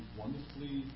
wonderfully